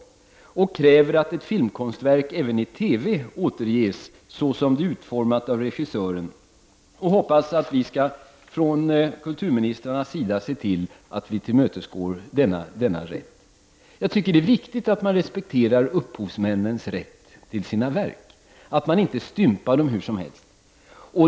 Regissörerna kräver att ett filmkonstverk även i TV återges såsom det är utformat av regissören och hoppas att vi från kulturministrarnas sida skall se till att rätten härtill tillmötesgås. Det är viktigt att man respekterar upphovsmännens rätt till verken och att man inte stympar dessa hur som helst.